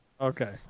Okay